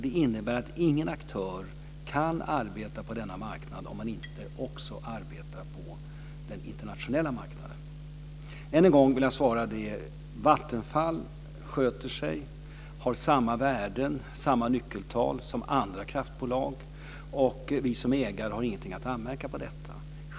Det innebär att ingen aktör kan arbeta på denna marknad om man inte också arbetar på den internationella marknaden. Än en gång vill jag svara att Vattenfall sköter sig, har samma värden, samma nyckeltal som andra kraftbolag. Vi som ägare har inget att anmärka på.